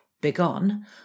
begone